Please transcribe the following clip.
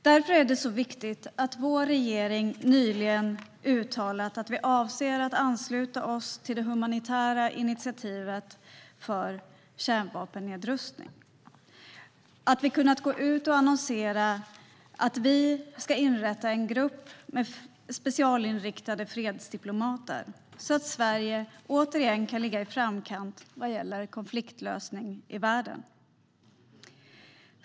Därför är det viktigt att vår regering nyligen uttalat att vi avser att ansluta oss till det humanitära initiativet för kärnvapennedrustning. Det är också viktigt att vi kunnat gå ut och annonsera att vi ska inrätta en grupp med specialinriktade fredsdiplomater så att Sverige återigen kan ligga i framkant vad gäller konfliktlösning i världen.